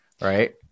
Right